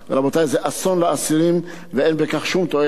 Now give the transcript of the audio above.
רבותי, זה אסון לאסירים ואין בכך שום תועלת.